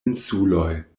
insuloj